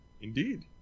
Indeed